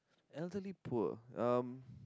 elderly poor um